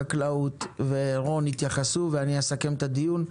החקלאות ורון יתייחסו ואני אסכם את הדיון.